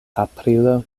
aprilo